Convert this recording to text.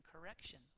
correction